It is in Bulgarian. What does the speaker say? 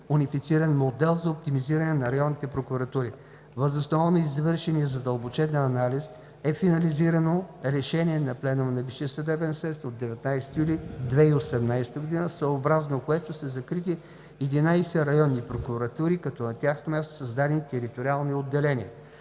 унифициран модел за оптимизиране на районните прокуратури. Въз основа на извършения задълбочен анализ е финализирано решение на Пленума на Висшия съдебен съвет от 19 юли 2018 г., съобразно което са закрити 11 районни прокуратури, като на тяхно място са създали териториални отделения.